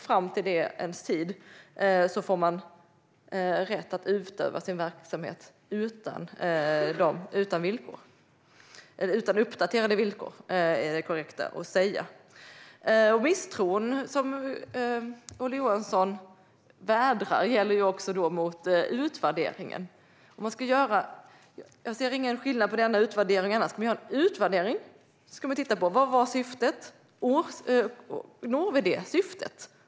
Fram till den tiden får man rätt att utöva sin verksamhet utan uppdaterade villkor. Det är det korrekta att säga. Misstron som Ola Johansson vädrar gäller också mot utvärderingen. Jag ser inte någon skillnad på denna utvärdering. Ska man göra en utvärdering ska man titta på: Vad var syftet, och når vi det syftet?